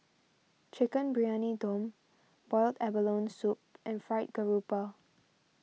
Chicken Briyani Dum Boiled Abalone Soup and Fried Garoupa